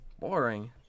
Boring